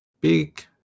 Big